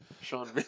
Sean